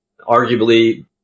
Arguably